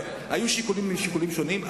היו שיקולים משיקולים שונים.